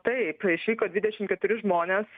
taip išvyko dvidešim keturi žmonės